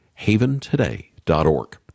haventoday.org